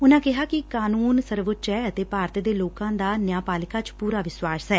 ਉਨੁਾਂ ਕਿਹਾ ਕਿ ਕਾਨੁੰਨ ਸਰਵਉੱਚ ਐ ਅਤੇ ਭਾਰਤ ਦੇ ਲੋਕਾਂ ਦਾ ਨਿਆਪਾਲਿਕਾ ਚ ਪੁਰਾ ਵਿਸ਼ਵਾਸ ਐ